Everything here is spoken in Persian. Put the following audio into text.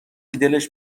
دلش